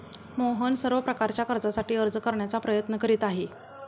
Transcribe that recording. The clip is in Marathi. मोहन सर्व प्रकारच्या कर्जासाठी अर्ज करण्याचा प्रयत्न करीत आहे